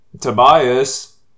Tobias